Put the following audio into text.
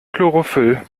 chlorophyll